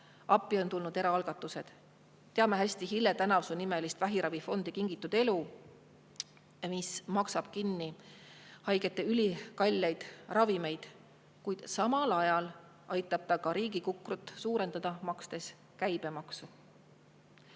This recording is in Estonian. Appi on tulnud eraalgatused. Teame hästi Hille Tänavsuu nimelist vähiravifondi Kingitud Elu, kes maksab kinni haigete ülikalleid ravimeid, kuid samal ajal aitab ta ka riigi kukrut suurendada, makstes käibemaksu.